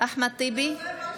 אחמד טיבי,